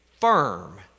firm